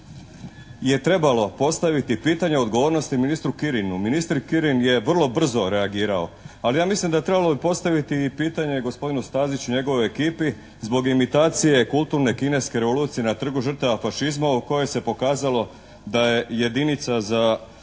je trebalo postaviti pitanje odgovornosti ministru Kirinu. Ministar Kirin je vrlo brzo reagirao, ali ja mislim da bi trebalo postaviti pitanje i gospodinu Staziću i njegovoj ekipi zbog imitacije kulturne kineske revolucije na Trgu žrtava fašizma o kojoj se pokazalo da je jedinica za